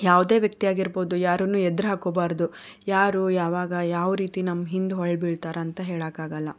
ಯಾವುದೇ ವ್ಯಕ್ತಿ ಆಗಿರ್ಬೋದು ಯಾರನ್ನು ಎದ್ರು ಹಾಕ್ಕೊಳ್ಬಾರ್ದು ಯಾರು ಯಾವಾಗ ಯಾವ ರೀತಿ ನಮ್ಮ ಹಿಂದೆ ಹೊಳ್ಳಿ ಬೀಳ್ತಾರೆ ಅಂತ ಹೇಳೋಕೆ ಆಗೋಲ್ಲ